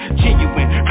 genuine